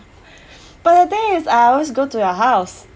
but the thing is I always go to your house